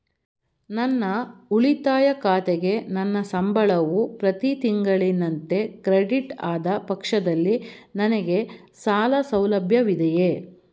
ನನ್ನ ಉಳಿತಾಯ ಖಾತೆಗೆ ನನ್ನ ಸಂಬಳವು ಪ್ರತಿ ತಿಂಗಳಿನಂತೆ ಕ್ರೆಡಿಟ್ ಆದ ಪಕ್ಷದಲ್ಲಿ ನನಗೆ ಸಾಲ ಸೌಲಭ್ಯವಿದೆಯೇ?